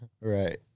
Right